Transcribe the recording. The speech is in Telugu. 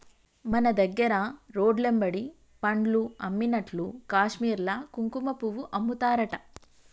మన దగ్గర రోడ్లెమ్బడి పండ్లు అమ్మినట్లు కాశ్మీర్ల కుంకుమపువ్వు అమ్ముతారట